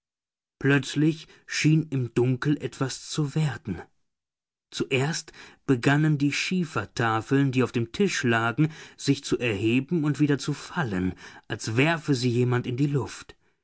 plötzlich schien im dunkel etwas zu werden zuerst begannen die schiefertafeln die auf dem tische lagen sich zu erheben und wieder zu fallen als werfe sie jemand in die luft